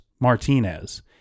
Martinez